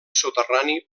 soterrani